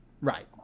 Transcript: right